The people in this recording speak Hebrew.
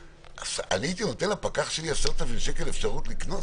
הייתי נותן לפקח שלי 10,000 שקל אפשרות לקנוס?